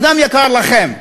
הוא גם יקר לכם,